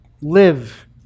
live